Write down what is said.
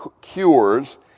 Cures